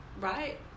right